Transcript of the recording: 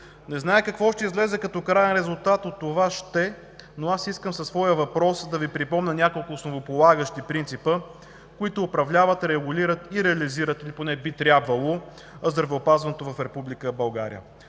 Не зная какво ще излезе като краен резултат от това „ще“, но аз искам със своя въпрос да Ви припомня няколко основополагащи принципа, които управляват, регулират и реализират – или поне би трябвало, здравеопазването в